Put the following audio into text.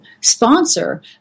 sponsor